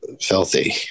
filthy